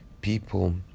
People